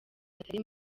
atari